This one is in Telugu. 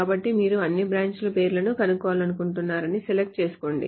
కాబట్టి మీరు అన్ని బ్రాంచ్ ల పేర్లను కనుగొనాలనుకుంటున్నారని select చేసుకోండి